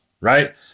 right